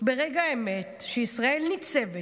ברגע האמת, כשישראל ניצבת